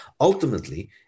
Ultimately